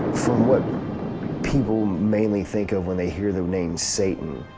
from what people mainly think of when they hear the name satan,